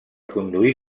conduir